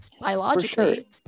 biologically